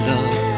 love